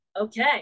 Okay